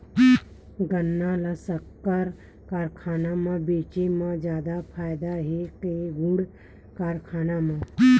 गन्ना ल शक्कर कारखाना म बेचे म जादा फ़ायदा हे के गुण कारखाना म?